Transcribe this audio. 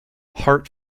heart